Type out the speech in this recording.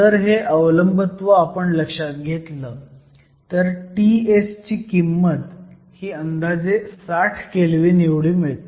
जर हे अवलंबत्व आपण लक्षात घेतलं तर Ts ची किंमत ही अंदाजे 60 केल्व्हीन मिळते